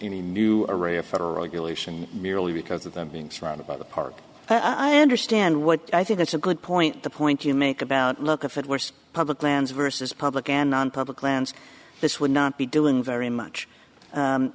any new array of federal regulation merely because of them being surrounded by the park i understand what i think that's a good point the point you make about look if it were so public lands versus public and on public lands this would not be doing very much